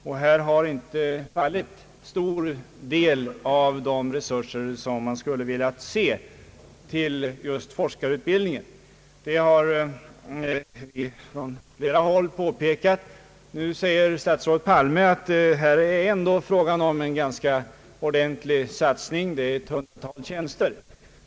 Här har man inte fått stor del av de resurser som vi skulle velat ha just i samband med forskarutbildningen. Nu säger statsrådet Palme att det ändå är fråga om en ganska ordentlig satsning, ett hundratal tjänster.